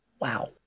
Wow